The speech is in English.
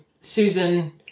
Susan